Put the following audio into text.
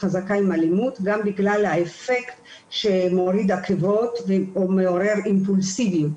חזקה עם אלימות גם בגלל האפקט שמוריד עכבות ומעורר אימפולסיביות.